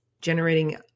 generating